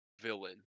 villain